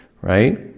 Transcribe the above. right